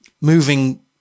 moving